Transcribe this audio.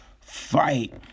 fight